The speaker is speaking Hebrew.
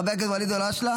חבר הכנסת ואליד אלהואשלה,